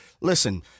listen